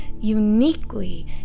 uniquely